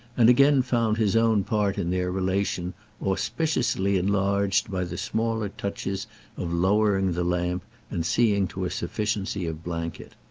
and again found his own part in their relation auspiciously enlarged by the smaller touches of lowering the lamp and seeing to a sufficiency of blanket.